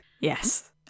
Yes